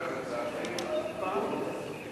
אתה מדבר על משפחות ברוכות ילדים,